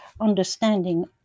understanding